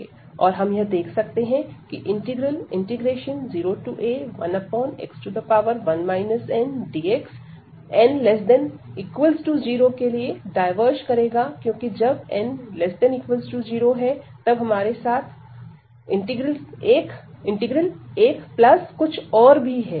और हम यह देख सकते हैं की इंटीग्रल 0a1x1 ndx n ≤ 0 के लिए डायवर्ज करेगा क्योंकि जब n≤0 तब हमारे साथ इंटीग्रल एक प्लस कुछ और भी है